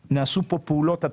נעשו פה פעולות ללא הרף,